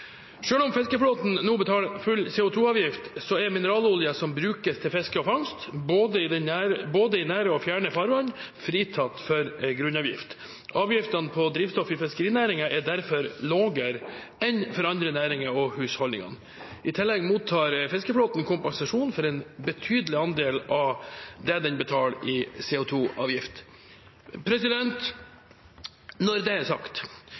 om fiskeflåten nå betaler full CO 2 -avgift, er mineralolje som brukes til fiske og fangst, både i nære og fjerne farvann, fritatt for grunnavgift. Avgiftene på drivstoff i fiskerinæringen er derfor lavere enn for andre næringer og husholdninger. I tillegg mottar fiskeflåten kompensasjon for en betydelig andel av det den betaler i CO 2 -avgift. Når det er sagt,